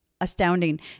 Astounding